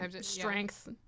strength